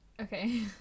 Okay